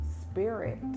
spirit